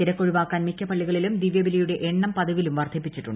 തിരക്കൊഴിവാക്കാൻ മിക്ക പള്ളികളിലും ദിഷ്യബ്ലിയുടെ എണ്ണം പതിവിലും വർദ്ധിപ്പിച്ചിട്ടുണ്ട്